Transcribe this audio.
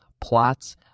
plots